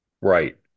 Right